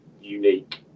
unique